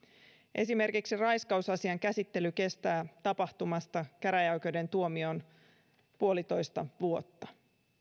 esimerkiksi raiskausasian käsittely kestää tapahtumasta käräjäoikeuden tuomioon puolitoista vuotta